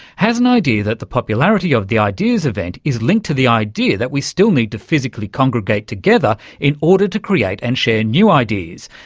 has an idea that the popularity of the ideas event is linked to the idea that we still need to physically congregate together in order to create and share new ideas.